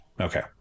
okay